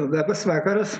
labas vakaras